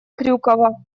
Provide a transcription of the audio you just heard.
крюкова